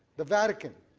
the vatican,